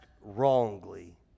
wrongly